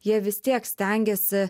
jie vis tiek stengiasi